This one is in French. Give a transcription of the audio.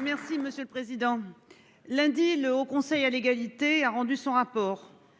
Merci monsieur le président. Lundi le Haut Conseil à l'égalité a rendu son rapport.